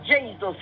Jesus